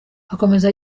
akomeza